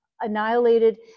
annihilated